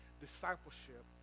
discipleship